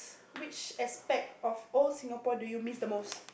which aspect of old Singapore do you miss the most